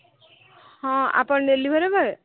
ହଁ ଆପଣ delivery boy